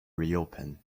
reopen